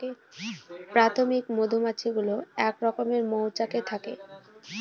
প্রাথমিক মধুমাছি গুলো এক রকমের মৌচাকে থাকে